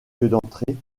d’entrée